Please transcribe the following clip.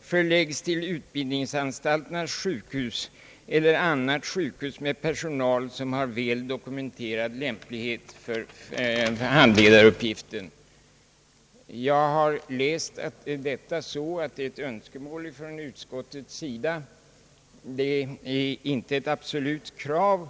förläggs till utbildningsanstalternas sjukhus eller annat sjukhus med personal som har väl dokumenterad lämplighet för handledaruppgiften.» Jag har Jäst detta så att det är ett önskemål från utskottets sida, inte ett absolut krav.